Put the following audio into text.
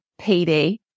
PD